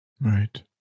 Right